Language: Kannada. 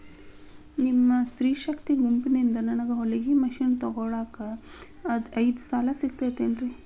ನಿಮ್ಮ ಸ್ತ್ರೇ ಶಕ್ತಿ ಗುಂಪಿನಿಂದ ನನಗ ಹೊಲಗಿ ಮಷೇನ್ ತೊಗೋಳಾಕ್ ಐದು ಸಾಲ ಸಿಗತೈತೇನ್ರಿ?